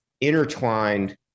intertwined